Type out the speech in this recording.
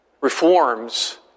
reforms